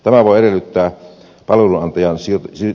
tämä voi heittää pallon pian syötöksi